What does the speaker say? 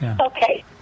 Okay